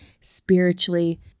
spiritually